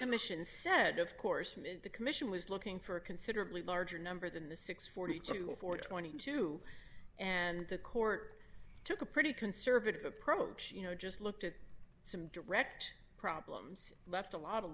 commission said of course the commission was looking for a considerably larger number than the six hundred and forty two before twenty two and the court took a pretty conservative approach you know just looked at some direct problems left a lot